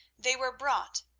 they were brought,